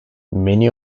many